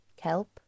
Kelp